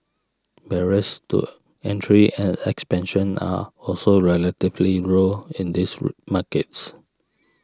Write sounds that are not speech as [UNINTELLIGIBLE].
barriers to entry and expansion are also relatively row in these [UNINTELLIGIBLE] markets